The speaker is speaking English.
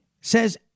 says